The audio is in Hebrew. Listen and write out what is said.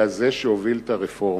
היה זה שהוביל את הרפורמה,